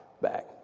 back